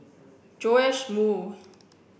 Joash Moo